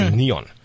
neon